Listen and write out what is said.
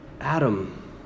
Adam